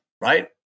Right